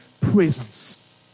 presence